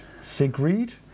Sigrid